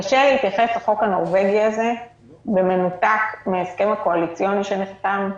קשה להתייחס לחוק הנורווגי הזה במנותק מההסכם הקואליציוני שנחתם,